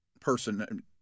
person